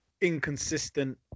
inconsistent